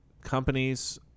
companies